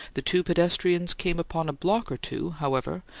the two pedestrians came upon a block or two, however,